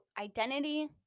identity